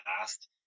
last